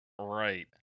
Right